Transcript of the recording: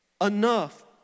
enough